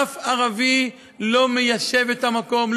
אף ערבי לא מיישב את המקום,